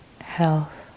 health